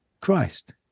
Christ